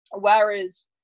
Whereas